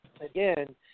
again